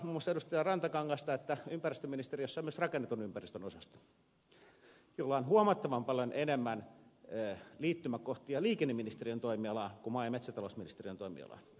rantakangasta että ympäristöministeriössä on myös rakennetun ympäristön osasto jolla on huomattavan paljon enemmän liittymäkohtia liikenneministeriön toimialaan kuin maa ja metsätalousministeriön toimialaan